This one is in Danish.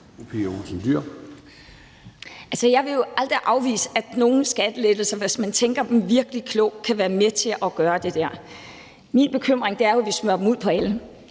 Jeg vil jo aldrig afvise, at nogle skattelettelser, hvis man tænker dem virkelig klogt, kan være med til at gøre det der. Men min bekymring er jo, at vi smører dem ud på alle,